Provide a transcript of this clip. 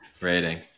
rating